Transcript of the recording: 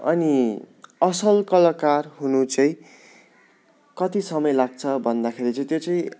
अनि असल कलााकार हुनु चाहिँ कति समय लाग्छ भन्दाखेरि चाहिँ त्यो चाहिँ